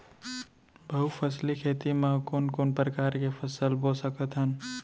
बहुफसली खेती मा कोन कोन प्रकार के फसल बो सकत हन?